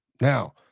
Now